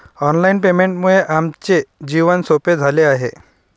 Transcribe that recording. online पेमेंटमुळे आमचे जीवन सोपे झाले आहे